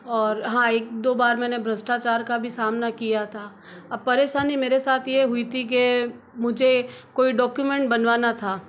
और हाँ एक दो बार मैंने भ्रष्टाचार का भी सामना किया था अब परेशानी मेरे साथ ये हुई थी के मुझे कोई डॉक्यूमेंट बनवाना था